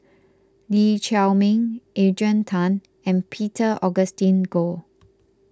Lee Chiaw Meng Adrian Tan and Peter Augustine Goh